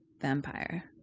Vampire